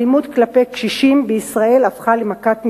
האלימות כלפי קשישים בישראל הפכה למכת מדינה.